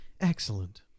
excellent